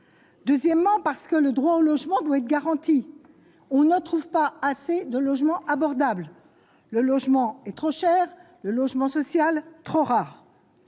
deuxièmement parce que le droit au logement doit être garantie, on ne trouve pas assez de logements abordables, le logement est trop cher le logement social, trop rare.